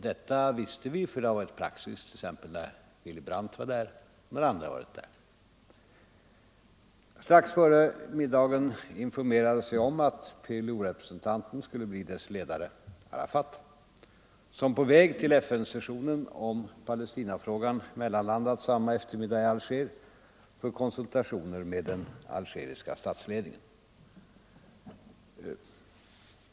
Detta visste vi, eftersom det varit praxis när t.ex. Willy Brandt och andra statsmän varit där. Strax före middagen informerades jag om att PLO-representanten skulle bli organisationens ledare Arafat, som på väg till FN-sessionen om Palestinafrågan mellanlandat samma eftermiddag i Alger för konsultationer med den algeriska statsledningen.